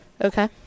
Okay